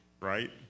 right